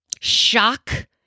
shock